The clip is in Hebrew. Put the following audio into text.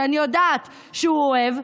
שאני יודעת שהוא אוהב,